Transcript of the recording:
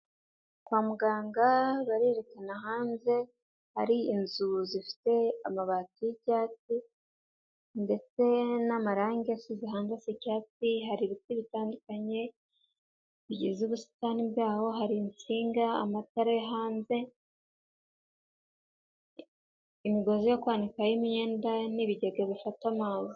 Kwa muganga barerekana hanze ahari inzu zifite amabati y'icyatsi ndetse n'amarangi asize hanze asa icyatsi, hari ibiti bitandukanye bigize ubusitani bwaho, hari insinga, amatara yo hanze, imigozi yo kwanikaho imyenda n'ibigega bifata amazi.